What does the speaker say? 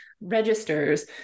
registers